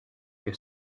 que